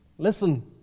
Listen